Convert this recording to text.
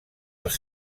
els